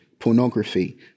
Pornography